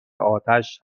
آتش